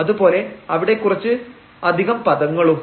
അതുപോലെ അവിടെ കുറച്ച് അധികം പദങ്ങളും